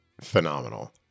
phenomenal